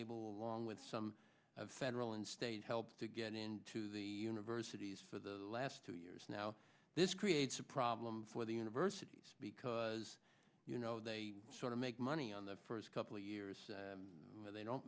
able on with some of federal and state help to get into the universities for the last two years now this creates a problem for the universities because you know they sort of make money on the first couple of years but they don't